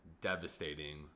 devastating